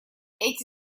эти